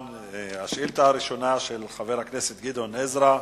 השאילתא הראשונה, של חבר הכנסת גדעון עזרא,